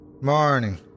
Morning